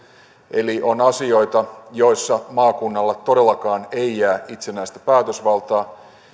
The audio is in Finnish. eli on asioita joissa maakunnalle todellakaan ei jää itsenäistä päätösvaltaa